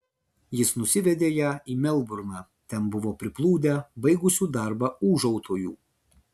jis nusivedė ją į melburną ten buvo priplūdę baigusių darbą ūžautojų